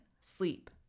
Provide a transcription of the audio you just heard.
sleep